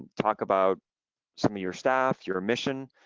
talk about some of your staff, your mission,